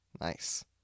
Nice